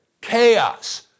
Chaos